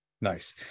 Nice